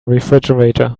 refrigerator